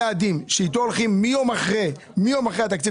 יעדים לפיהם הולכים מיום אחרי התקציב